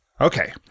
Okay